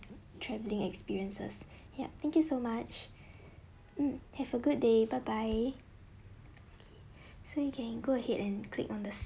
travelling experiences ya thank you so much hmm have a good day bye bye so you can go ahead and click on the